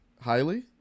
highly